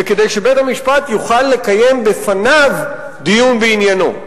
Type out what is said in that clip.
וכדי שבית-המשפט יוכל לקיים בפניו דיון בעניינו.